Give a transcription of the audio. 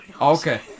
Okay